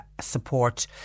support